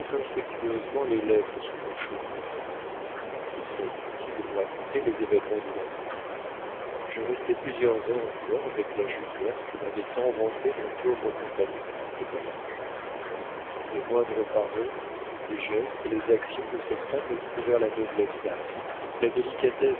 infructueusement les lettres sous mon chevet il serait inutile de vous raconter les événements du lendemain je restai plusieurs heures encore avec la juliette que m'avait tant vantée mon pauvre compagnon de voyage les moindres paroles les gestes les actions de cette femme me prouvèrent la noblesse d'âme la délicatesse